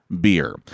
beer